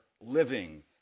living